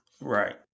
Right